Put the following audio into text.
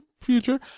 future